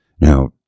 Now